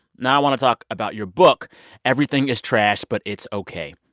now i want to talk about your book everything is trash, but it's okay.